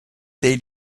they